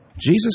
Jesus